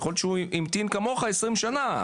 יכול להיות שהוא המתין כמוך עשרים שנה.